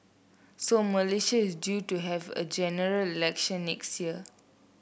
so Malaysia is due to have a General Election next year